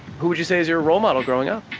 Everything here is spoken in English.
who would you say was your role model growing up?